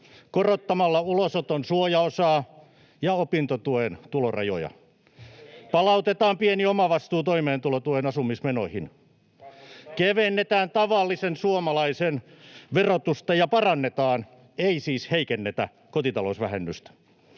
korottamalla ulosoton suojaosaa ja opintotuen tulorajoja. Palautetaan pieni omavastuu toimeentulotuen asumismenoihin. [Paavo Arhinmäki: Kasvatetaan leipäjonoja!] Kevennetään tavallisen suomalaisen verotusta ja parannetaan — ei siis heikennetä — kotitalousvä̈hennystä.